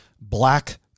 black